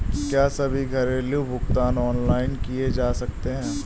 क्या सभी घरेलू भुगतान ऑनलाइन किए जा सकते हैं?